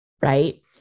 right